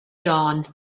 dawn